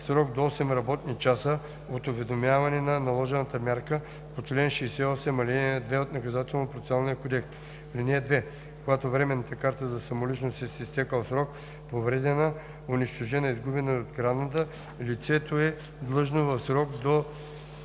срок до 8 работни часа от уведомяване за наложената мярка по чл. 68, ал. 2 от Наказателно-процесуалния кодекс. (2) Когато временната карта за самоличност е с изтекъл срок, повредена, унищожена, изгубена или открадната, лицето е длъжно в срок до